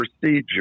procedure